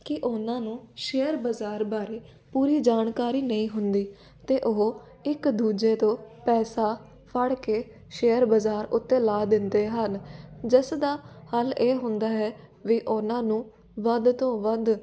ਕਿ ਉਹਨਾਂ ਨੂੰ ਸ਼ੇਅਰ ਬਾਜ਼ਾਰ ਬਾਰੇ ਪੂਰੀ ਜਾਣਕਾਰੀ ਨਹੀਂ ਹੁੰਦੀ ਅਤੇ ਉਹ ਇੱਕ ਦੂਜੇ ਤੋਂ ਪੈਸਾ ਫੜ ਕੇ ਸ਼ੇਅਰ ਬਾਜ਼ਾਰ ਉੱਤੇ ਲਾ ਦਿੰਦੇ ਹਨ ਜਿਸ ਦਾ ਹੱਲ ਇਹ ਹੁੰਦਾ ਹੈ ਵੀ ਉਹਨਾਂ ਨੂੰ ਵੱਧ ਤੋਂ ਵੱਧ